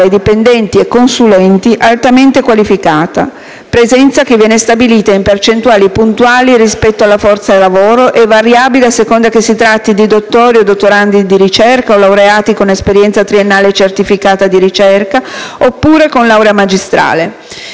(dipendenti e consulenti) altamente qualificato, presenza che viene stabilita in percentuali puntuali rispetto alla forza lavoro e variabili a seconda che si tratti di dottori o dottorandi di ricerca o di laureati con esperienza triennale certificata di ricerca oppure con laurea magistrale.